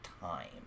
time